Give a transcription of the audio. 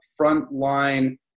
frontline